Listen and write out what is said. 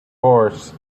horse